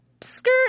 Skirt